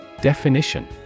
Definition